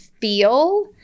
feel